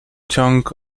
ciąg